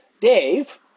Dave